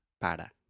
para